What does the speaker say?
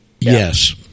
Yes